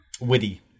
witty